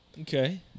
okay